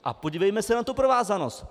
A podívejme se na tu provázanost.